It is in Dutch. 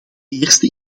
eerste